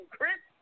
Chris